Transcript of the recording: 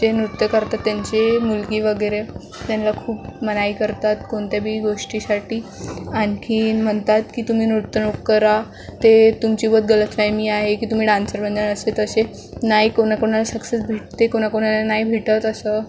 जे नृत्य करतात त्यांचे मुलगी वगैरे त्यानला खूप मनाई करतात कोणत्याबी गोष्टीसाठी आणखीन म्हणतात की तुम्ही नृत्य नको करा ते तुमची बहोत गलतफहमी आहे की तुम्ही डान्सर बनणार असे तसे नाही कोणाकोणाला सक्सेस भेटते कोणाकोणाला नाही भेटत असं